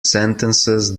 sentences